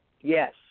Yes